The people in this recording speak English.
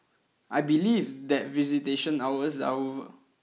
I believe that visitation hours are over